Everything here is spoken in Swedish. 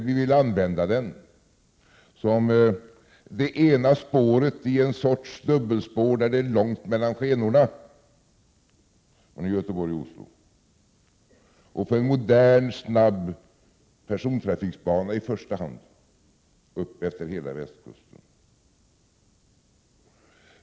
Vi vill använda den som det ena spåret i en sorts dubbelspår, där det är långt mellan skenorna, mellan Göteborg och Oslo och få en modern, snabb persontrafikbana i första hand uppefter hela västkusten.